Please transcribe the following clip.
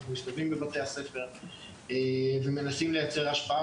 אנחנו משתדלים בבתי הספר ומנסים לייצר השפעה.